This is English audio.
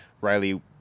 Riley